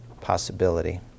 possibility